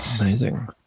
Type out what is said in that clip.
Amazing